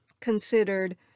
considered